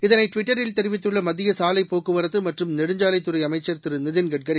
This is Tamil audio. இதனைடுவிட்டரில் தெரிவித்துள்ளமத்தியசாலைப் போக்குவரத்துமற்றும் நெடுஞ்சாவைத்துறைஅமைச்சர் திருநிதின் கட்கரி